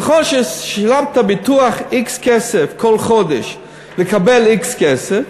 נכון ששילמת ביטוח x כסף כל חודש כדי לקבל x כסף,